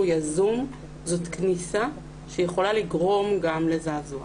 יזום וזו כניסה שיכולה לגרום גם לזעזוע.